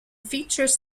features